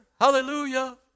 Hallelujah